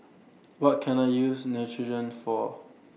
What Can I use Neutrogena For